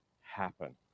happen